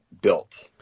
built